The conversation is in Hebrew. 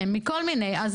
איך מתייחסים אליהם,